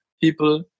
people